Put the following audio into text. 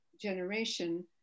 generation